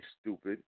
stupid